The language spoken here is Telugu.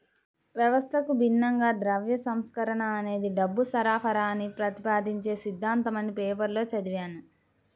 వ్యవస్థకు భిన్నంగా ద్రవ్య సంస్కరణ అనేది డబ్బు సరఫరాని ప్రతిపాదించే సిద్ధాంతమని పేపర్లో చదివాను